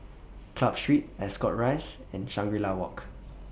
Club Street Ascot Rise and Shangri La Walk